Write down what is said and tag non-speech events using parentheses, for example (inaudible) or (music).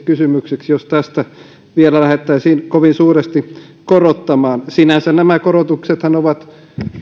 (unintelligible) kysymykseksi jos tästä vielä lähdettäisiin kovin suuresti korottamaan sinänsä nämä korotuksethan ovat